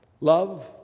Love